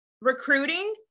Recruiting